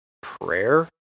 prayer